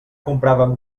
compràvem